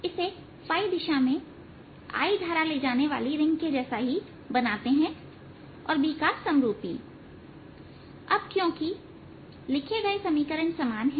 इसे दिशा में I धारा ले जाने वाली रिंग के जैसा ही बनाते हैंऔर B के समरूपी अब क्योंकि लिखे गए समीकरण समान है